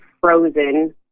frozen